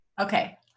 Okay